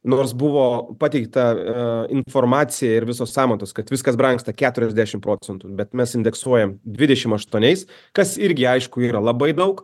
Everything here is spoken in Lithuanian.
nors buvo pateikta informacija ir visos sąmatos kad viskas brangsta keturiasdešim procentų bet mes indeksuojame dvidešim aštuoniais kas irgi aišku yra labai daug